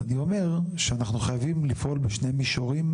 אני אומר שאנחנו חייבים לפעול בשני מישורים,